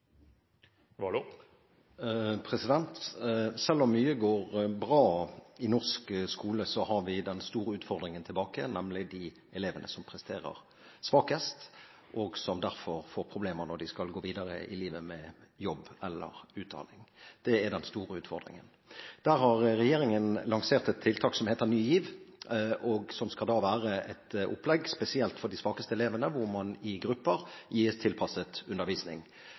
Selv om mye går bra i norsk skole, står vi igjen med den store utfordringen, nemlig de elevene som presterer svakest, og som derfor får problemer når de skal gå videre i livet med jobb eller utdanning. Det er den store utfordringen. Der har regjeringen lansert et tiltak som heter Ny GIV, som skal være et opplegg spesielt for de svakeste elevene, hvor man i grupper gis tilpasset undervisning.